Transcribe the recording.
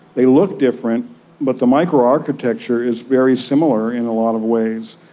they look different but the microarchitecture is very similar in a lot of ways.